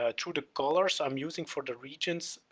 ah through the colours i'm using for the regions,